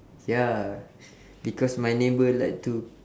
ya because my neighbour like to